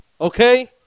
Okay